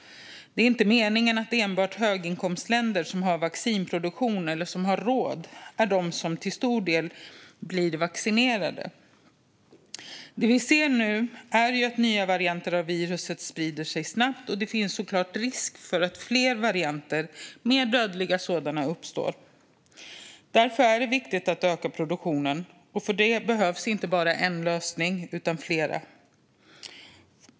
Det är inte meningen att enbart höginkomstländer som har vaccinproduktion eller som har råd ska vara de som till stor del blir vaccinerade. Det vi ser nu är att nya varianter av viruset sprider sig snabbt. Det finns såklart risk för att fler varianter, mer dödliga sådana, uppstår. Därför är det viktigt att öka produktionen. För det behövs inte bara en lösning, utan flera.